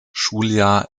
schuljahr